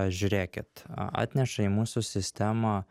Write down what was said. žiūrėkit atneša į mūsų sistemą